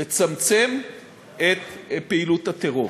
לצמצם את פעילות הטרור.